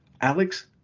Alex